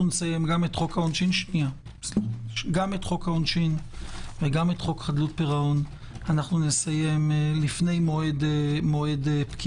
נסיים גם את חוק העונשין וגם את חוק חדשות פירעון לפני מועד פקיעתם.